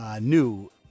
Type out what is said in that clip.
New